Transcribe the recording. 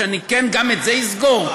שאני גם את זה אסגור?